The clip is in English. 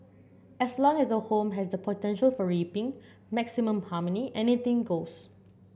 as long as the home has the potential for reaping maximum harmony anything goes